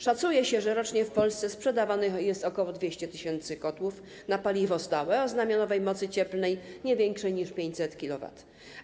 Szacuje się, że rocznie w Polsce sprzedawanych jest ok. 200 tys. kotłów na paliwo stałe o znamionowej mocy cieplnej nie większej niż 500 kW.